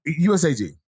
USAG